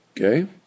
Okay